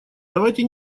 давайте